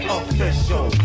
official